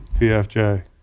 PFJ